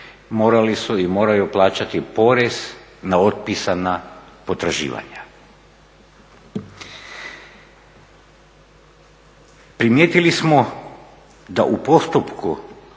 morali su i moraju plaćati porez na otpisana potraživanja. Primijetili smo da u postupku